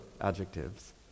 adjectives